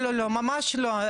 ממש לא,